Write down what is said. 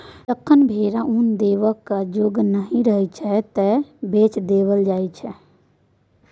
जखन भेरा उन देबाक जोग नहि रहय छै तए बेच देल जाइ छै